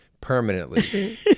Permanently